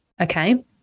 Okay